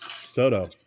Soto